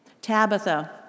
Tabitha